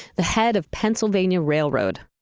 the head of pennsylvania railroad.